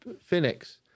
Phoenix